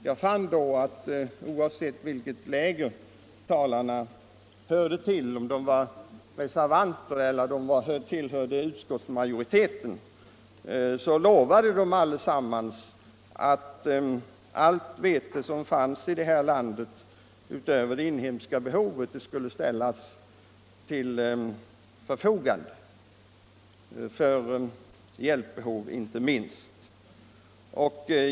Jag fann då att talarna, oavsett vilket läger de tillhörde — oavsett om de var reservanter eller om de tillhörde utskottsmajoriteten — allesammans lovade att allt vete som fanns i landet utöver det inhemska behovet skulle ställas till förfogande för hjälpbehov.